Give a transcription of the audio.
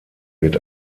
wird